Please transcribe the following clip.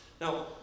Now